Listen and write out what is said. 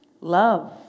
Love